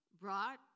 brought